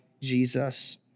Jesus